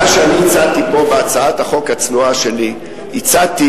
מה שאני הצעתי פה, בהצעת החוק הצנועה שלי, הצעתי